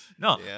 no